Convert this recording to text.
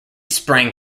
sprang